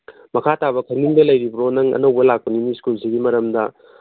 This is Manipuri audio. ꯃꯈꯥ ꯇꯥꯕ ꯈꯪꯅꯤꯡꯕ ꯂꯩꯔꯤꯕ꯭ꯔꯣ ꯅꯪ ꯑꯅꯧꯕ ꯂꯥꯛꯄꯅꯤ ꯁ꯭ꯀꯨꯜꯁꯤꯒꯤ ꯃꯔꯝꯗ